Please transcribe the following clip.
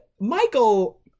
Michael